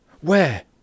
Where